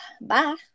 bye